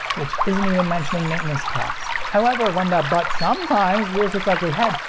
which isn't even mentioning maintenance costs. however, when the but sometimes rears its ugly head,